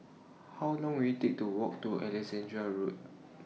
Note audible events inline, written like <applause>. How Long Will IT Take to Walk to Alexandra Road <noise>